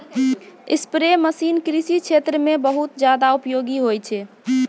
spray machine कृषि क्षेत्र म बहुत जादा उपयोगी होय छै